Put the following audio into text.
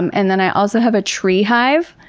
and then i also have a tree hive.